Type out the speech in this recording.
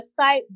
website